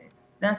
לאט-לאט.